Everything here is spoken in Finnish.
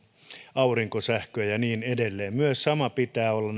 aurinkosähköä ja niin edelleen sama pitää olla